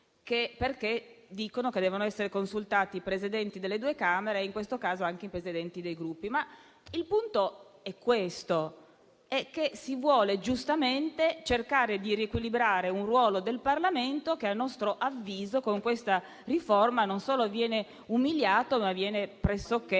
perché dicono che devono essere consultati i Presidenti delle due Camere e, in questo caso, anche i Presidenti dei Gruppi. Il punto è il seguente: si vuole giustamente cercare di riequilibrare un ruolo del Parlamento, che a nostro avviso con questa riforma non solo viene umiliato, ma viene pressoché